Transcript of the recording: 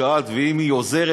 שאלת: ואם היא עוזרת,